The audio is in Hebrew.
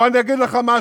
ואני לא מבין בעובדות.